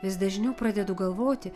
vis dažniau pradedu galvoti